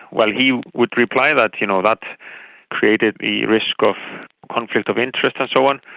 well, he would reply that you know that created the risk of conflict of interest and so on.